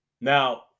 Now